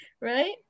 right